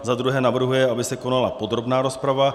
Za druhé navrhuje, aby se konala podrobná rozprava.